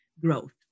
growth